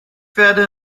werde